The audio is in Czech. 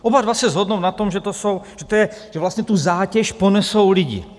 Oba dva se shodnou na tom, že to jsou, že to je, že vlastně tu zátěž ponesou lidi.